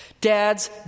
Dads